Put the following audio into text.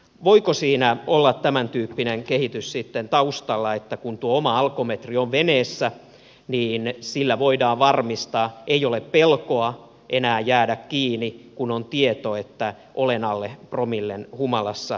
voiko siinä olla tämän tyyppinen kehitys sitten taustalla että kun tuo oma alkometri on veneessä niin sillä voidaan varmistaa ei ole pelkoa enää jäädä kiinni kun on tieto että on alle promillen humalassa